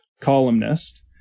columnist